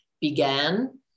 began